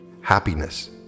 happiness